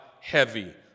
heavy